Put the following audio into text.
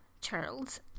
Charles